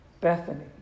Bethany